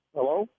Hello